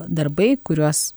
darbai kuriuos